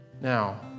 Now